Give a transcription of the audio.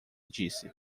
disse